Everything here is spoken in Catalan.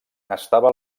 estava